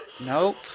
Nope